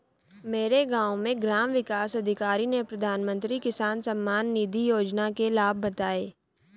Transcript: मेरे गांव में ग्राम विकास अधिकारी ने प्रधानमंत्री किसान सम्मान निधि योजना के लाभ बताएं